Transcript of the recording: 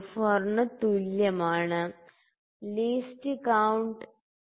24 ന് തുല്യമാണ് least count 0